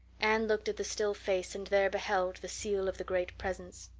anne looked at the still face and there beheld the seal of the great presence.